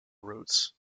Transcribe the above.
routes